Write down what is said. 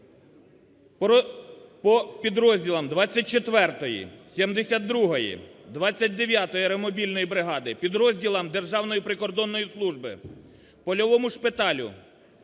по підрозділам 24, 72, 29-ї аеромобільної бригади, підрозділам Державної прикордонної служби, польовому шпиталю,